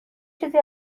چیزی